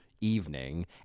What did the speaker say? evening